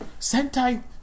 Sentai